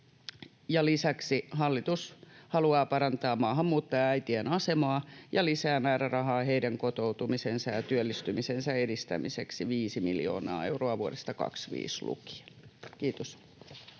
Lisäksi hallitus haluaa parantaa maahanmuuttajaäitien asemaa ja lisää määrärahaa heidän kotoutumisensa ja työllistymisensä edistämiseksi 5 miljoonaa euroa vuodesta 25 lukien. — Kiitos.